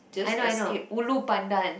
I know I know Ulu-Pandan